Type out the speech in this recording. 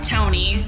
Tony